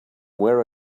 where